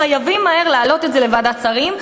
חייבים מהר להעלות את זה לוועדת שרים,